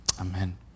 Amen